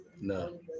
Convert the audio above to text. No